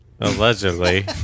Allegedly